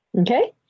Okay